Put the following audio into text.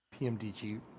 PMDG